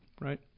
right